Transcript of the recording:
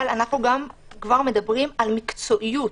אבל אנחנו מדברים כבר על מקצועיות.